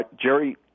Jerry